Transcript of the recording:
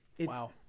Wow